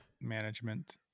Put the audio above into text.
management